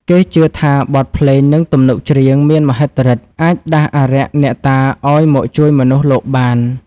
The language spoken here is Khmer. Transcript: គេជឿថាបទភ្លេង និងទំនុកច្រៀងមានមហិទ្ធិឫទ្ធិអាចដាស់អារក្សអ្នកតាឱ្យមកជួយមនុស្សលោកបាន។